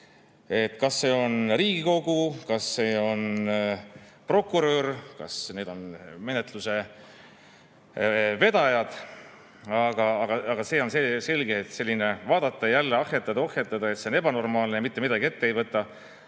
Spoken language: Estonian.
Kas see on Riigikogu, kas see on prokurör, kas need on menetluse vedajad? Aga see on selge, [selle asemel], et vaadata ja jälle ahhetada ja ohhetada, et see on ebanormaalne, ja mitte midagi ette ei võeta